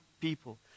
people